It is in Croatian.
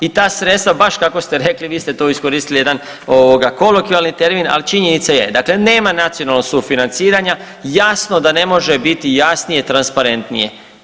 I ta sredstva baš kako ste rekli, vi ste to iskoristili jedan ovoga kolokvijalni termin, ali činjenica je dakle nema nacionalnog sufinanciranja jasno da ne može biti jasnije transparentnije.